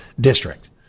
district